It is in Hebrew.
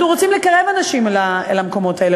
אנחנו רוצים לקרב אנשים למקומות האלה,